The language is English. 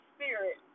Spirit